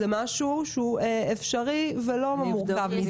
זה משהו שהוא אפשרי ולא מורכב מדי.